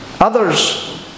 others